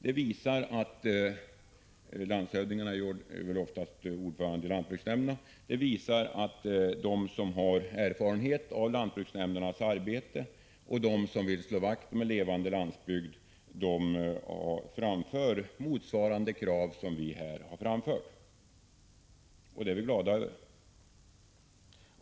Eftersom landshövdingarna oftast är ordförande i lantbruksnämnderna, framgår att de som har erfarenhet av lantbruksnämndernas arbete och de som vill slå vakt om en levande landsbygd reser krav motsvarande dem som vi har framfört — och det är vi glada över.